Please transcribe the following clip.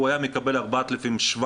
הוא היה מקבל 4,700